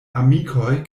amikoj